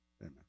Amen